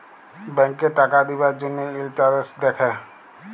ব্যাংকে টাকা দিবার জ্যনহে ইলটারেস্ট দ্যাখে